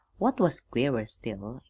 what was queerer still,